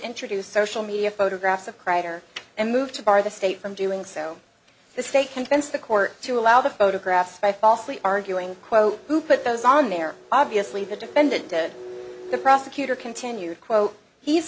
introduce social media photographs of kreider and move to bar the state from doing so the state convinced the court to allow the photographs by falsely arguing quote who put those on there obviously the defendant and the prosecutor continued quote he's